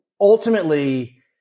Ultimately